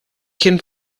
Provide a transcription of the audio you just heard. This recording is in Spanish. quien